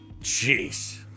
Jeez